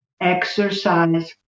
exercise